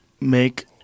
make